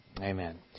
amen